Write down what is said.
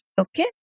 Okay